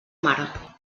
mare